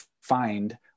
find